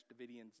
Davidians